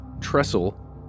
trestle